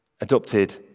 adopted